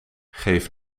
geef